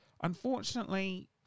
Unfortunately